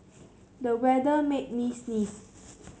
the weather made me sneeze